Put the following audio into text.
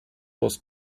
was